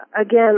again